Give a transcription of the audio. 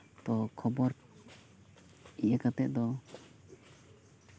ᱛᱚ ᱠᱷᱚᱵᱚᱨ ᱤᱭᱟᱹ ᱠᱟᱛᱮ ᱫᱚ